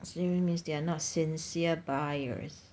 so this means they are not sincere buyers